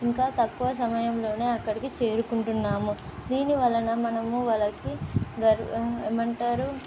ఇంకా తక్కువ సమయంలోనే అక్కడికి చేరుకుంటున్నాము దీని వలన మనము వాళ్ళకి గర్వ ఏమంటారు